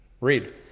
read